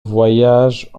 voyage